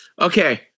okay